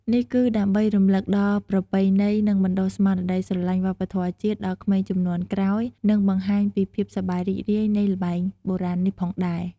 នេះគឺដើម្បីរំលឹកដល់ប្រពៃណី និងបណ្តុះស្មារតីស្រឡាញ់វប្បធម៌ជាតិដល់ក្មេងជំនាន់ក្រោយ និងបង្ហាញពីភាពសប្បាយរីករាយនៃល្បែងបុរាណនេះផងដែរ។